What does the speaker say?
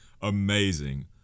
Amazing